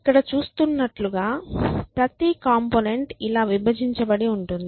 ఇక్కడ చూస్తున్నట్లుగా ప్రతి కంపోనెంట్ ఇలా విభజించబడి ఉంటుంది